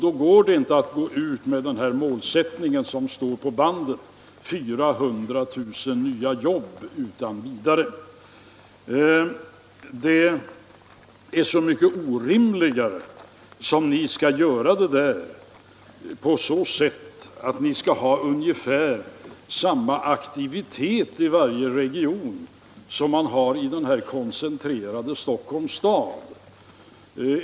Då går det inte utan vidare att gå ut med den målsättningen på ett band: 400 000 nya Det är så mycket orimligare som ni skall göra det där på så sätt att ni skall ha ungefär samma aktivitet i varje region som man har i den koncentrerade Stockholms kommun.